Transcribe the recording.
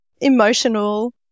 emotional